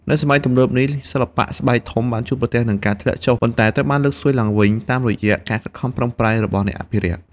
នៅសម័យទំនើបនេះ សិល្បៈស្បែកធំបានជួបប្រទះនឹងការធ្លាក់ចុះ ប៉ុន្តែត្រូវបានលើកស្ទួយឡើងវិញតាមរយៈការខិតខំប្រឹងប្រែងរបស់អ្នកអភិរក្ស។